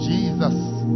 Jesus